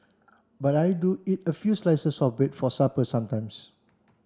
but I do eat a few slices of bread for supper sometimes